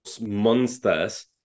monsters